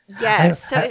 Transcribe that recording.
Yes